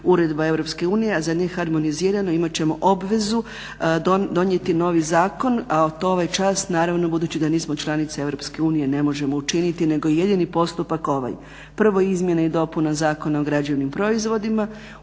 unije, a za neharmonizirano imat ćemo obvezu donijeti novi zakon, a to ovaj čas budući da nismo članica Europske unije ne možemo učiniti nego je jedini postupak ovaj, prvo izmjena i dopuna Zakona o građevnim proizvodima